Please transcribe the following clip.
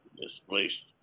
displaced